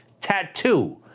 tattoo